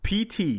PT